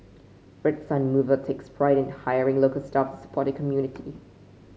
Red Sun Mover takes pride in hiring local staff to support the community